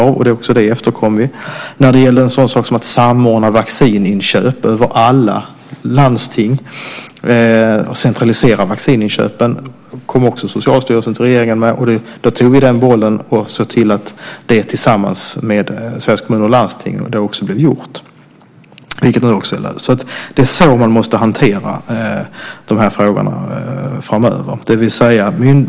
Det har vi också efterkommit. En sådan sak som att samordna vaccininköp av alla landsting och centralisera vaccininköpen kom också Socialstyrelsen till regeringen med. Vi tog den bollen och såg till att det, av Socialstyrelsen tillsammans med svenska kommuner och landsting, också blev gjort. Det är så man måste hantera de här frågorna framöver.